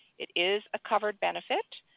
it is a covered benefit.